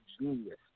genius